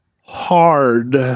hard